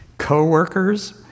co-workers